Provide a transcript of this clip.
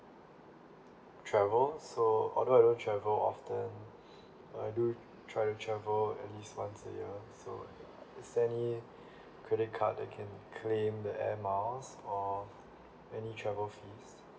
travel so although I don't travel often but I do try travel at least once a year so is there any credit card that can claim the air miles or any travel fees